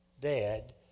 dad